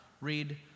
Read